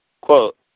Quote